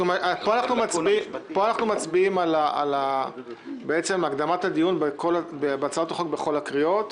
פה אנחנו מצביעים בעצם על הקדמת הדיון בהצעת החוק בכל הקריאות.